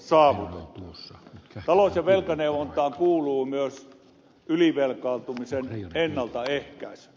talous ja velkaneuvontaan kuuluu myös ylivelkaantumisen ennaltaehkäisy